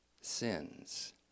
sins